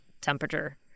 temperature